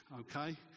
okay